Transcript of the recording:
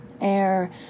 air